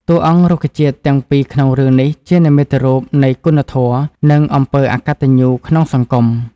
តួអង្គរុក្ខជាតិទាំងពីរក្នុងរឿងនេះជានិមិត្តរូបនៃគុណធម៌និងអំពើអកតញ្ញូក្នុងសង្គម។